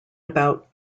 about